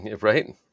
Right